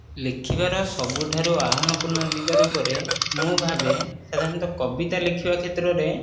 ଲେଖିବାର ସବୁଠାରୁ ଆହ୍ୱାନପୂର୍ଣ୍ଣ ଦିଗ ରୂପରେ ମୁଁ ଭାବେ ସାଧାରଣତଃ କବିତା ଲେଖିବା କ୍ଷେତ୍ରରେ